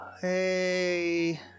Hey